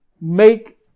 make